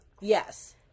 yes